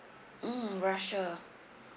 mm russia